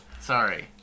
Sorry